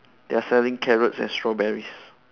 they are selling carrots and strawberries